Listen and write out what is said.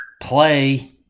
Play